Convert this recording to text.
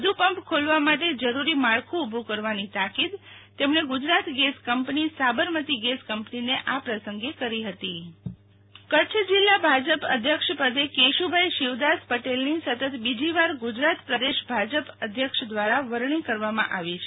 વધુ પંપ ખોલવા માટે જરૂરી માળખુ ઉભુ કરવા્મી તાકીદ તેમણે Gujarat gas company Sabarmati gas કંપનીને આ પ્રસંગે કરી હતી શીતલ વૈશ્નવ ભાજપ અધ્યક્ષ કેશુ ભાઈ પટેલ કચ્છ જિલ્લા ભાજપ અધ્યક્ષપદે કેશુભાઈ શિવદાસ પટેલની સતત બીજીવાર ગુજરાત પ્રદેશ ભાજપ અધ્યક્ષ દ્રારા વરણી કરવામાં આવી છે